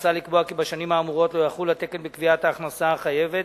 מוצע לקבוע כי בשנים האמורות לא יחול התקן בקביעת ההכנסה החייבת.